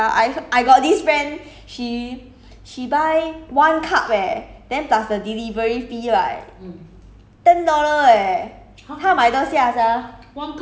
then !wah! that time during C_B the bubble tea damn expensive [sial] I heard I got this friend she she buy one cup leh then plus the delivery fee right